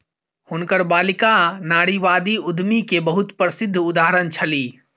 हुनकर बालिका नारीवादी उद्यमी के बहुत प्रसिद्ध उदाहरण छली